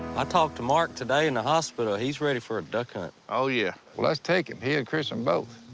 i talked to mark today in the hospital. he's ready for a duck hunt. oh, yeah. let's take him he and christian both.